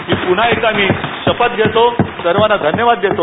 मी पुन्हा एकदा शपथ घेतो सर्वांना धन्यवाद देतो